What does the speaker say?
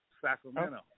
Sacramento